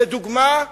לדוגמה,